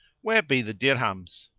where be the dirhams?